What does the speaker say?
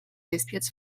disputes